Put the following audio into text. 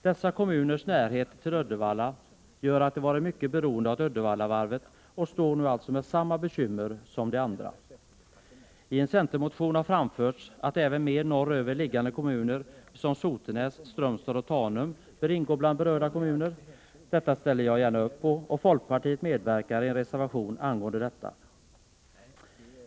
Dessa kommuners närhet till Uddevalla gör att de varit mycket beroende av Uddevallavarvet och nu alltså står med samma bekymmer som de andra. I en centermotion har framförts att även mer norr över liggande kommuner som Sotenäs, Strömstad och Tanum bör ingå i det speciella stödområdet. Det ställer jag gärna upp på, och folkpartiet medverkar i en reservation angående detta.